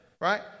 right